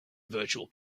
virtual